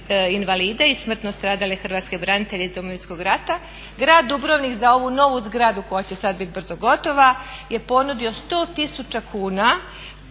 i smrtno stradale hrvatske branitelje iz Domovinskog rata. Grad Dubrovnik za ovu novu zgradu koja će sad biti brzo gotova je ponudio 100 000 kuna